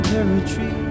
Territory